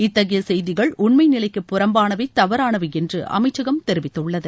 இத்தகைய செய்திகள் உண்மை நிலைக்கு புறம்பானவை தவறானவை என்று அமைச்சகம் தெரிவித்துள்ளது